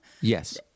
Yes